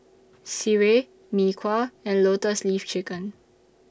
Sireh Mee Kuah and Lotus Leaf Chicken